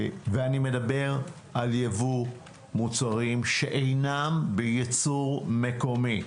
ואני מדבר על יבוא מוצרים שאינם בייצור מקומי,